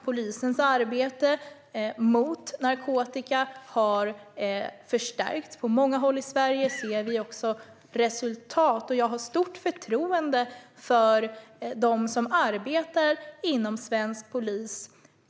Polisens arbete mot narkotika har förstärkts. På många håll i Sverige ser vi också resultat. Jag har stort förtroende för dem som arbetar inom svensk polis.